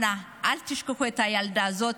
אנא, אל תשכחו את הילדה הזאת